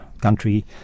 country